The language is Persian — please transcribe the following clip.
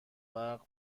برق